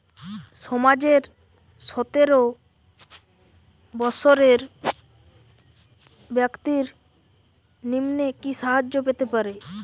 সমাজের সতেরো বৎসরের ব্যাক্তির নিম্নে কি সাহায্য পেতে পারে?